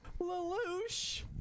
Lelouch